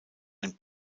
ein